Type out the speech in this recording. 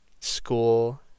school